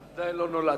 עדיין לא נולדתי.